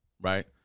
right